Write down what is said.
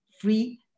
free